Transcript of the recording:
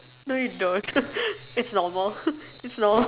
no you don't it's normal it's normal